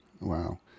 Wow